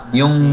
yung